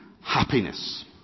happiness